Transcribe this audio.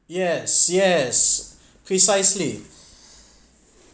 yes yes precisely